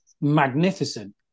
magnificent